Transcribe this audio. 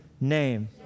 name